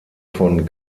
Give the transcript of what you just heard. von